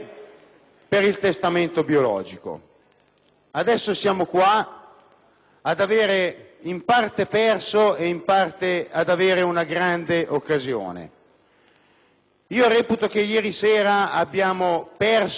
ad avere perso in parte e in parte ad avere ancora una grande occasione. Io reputo che ieri sera abbiamo perso una grande occasione per sancire un principio *ex lege*